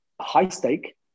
high-stake